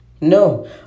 No